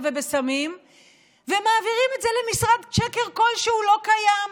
וסמים ומעבירים את זה למשרד שקר כלשהו לא קיים.